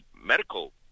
medical